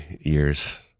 years